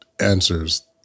answers